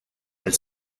elle